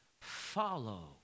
follow